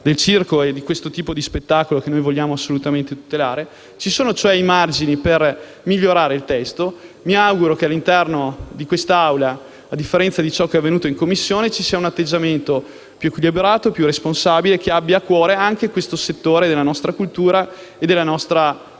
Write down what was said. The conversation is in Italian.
del circo e di questo tipo di spettacolo che noi vogliamo assolutamente tutelare. Ci sono, cioè, i margini per migliorare il testo. Mi auguro che all'interno di questa Assemblea, a differenza di quanto avvenuto in Commissione, ci sia un atteggiamento più equilibrato e responsabile che abbia a cuore anche questo settore della nostra cultura e - perché no? - della